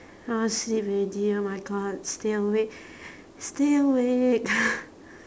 I want sleep already oh my god stay awake stay awake